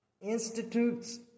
Institutes